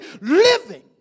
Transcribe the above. living